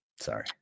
Sorry